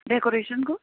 डेकोरेसनको